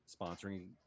sponsoring